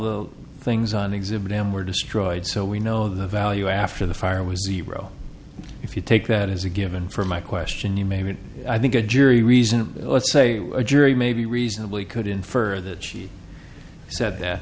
the things on exhibit m were destroyed so we know the value after the fire was zero if you take that as a given for my question you may mean i think a jury reasonable let's say a jury maybe reasonably could infer that she said that